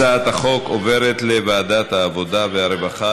הצעת החוק עוברת לוועדת העבודה והרווחה